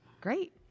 Great